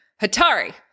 Hatari